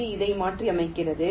G இதை மாற்றியமைக்கிறது